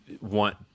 want